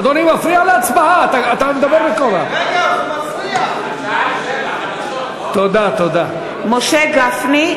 חבר הכנסת מאיר פרוש (קוראת בשמות חברי הכנסת) משה גפני,